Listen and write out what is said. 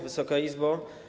Wysoka Izbo!